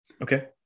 okay